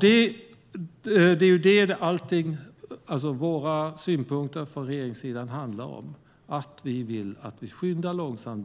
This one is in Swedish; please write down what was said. Det är det som våra synpunkter från regeringssidan handlar om. Vi vill att vi skyndar långsamt.